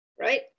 Right